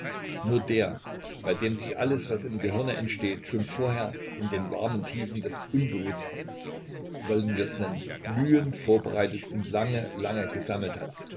nur der bei dem sich alles was im gehirne entsteht schon vorher in den warmen tiefen des unbewußten wollen wir es nennen glühend vorbereitet und lange lange gesammelt hat